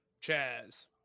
Chaz